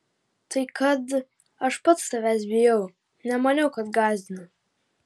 tai kad aš pats tavęs bijau nemaniau kad gąsdinu